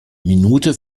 minute